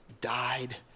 died